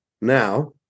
now